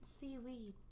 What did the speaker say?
Seaweed